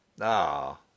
Ah